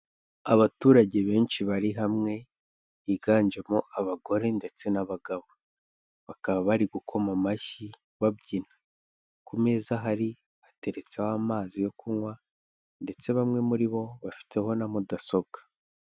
Abaturage benshi bari hamwe higanjemo abagore ndetse n'abagabo bakaba bari gukoma amashyi babyina ku meza hari hateretseho amazi yo kunywa ndetse bamwe muri bo bafiteho na mudasobwa.